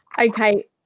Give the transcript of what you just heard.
Okay